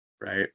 right